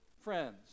friends